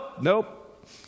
nope